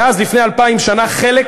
ואז, לפני אלפיים שנה, חלק,